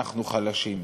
אנחנו חלשים,